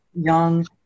young